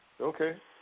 Okay